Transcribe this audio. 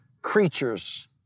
creatures